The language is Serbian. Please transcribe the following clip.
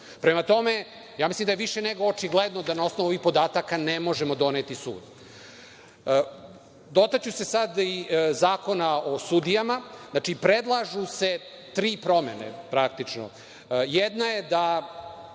Prema tome, mislim da je više nego očigledno da na osnovu ovih podataka ne možemo doneti sud. Dotaknuću se sad Zakona o sudijama, znači predlažu se tri promene, praktično. Jedna je da